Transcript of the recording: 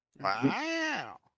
Wow